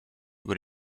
über